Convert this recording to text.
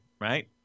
right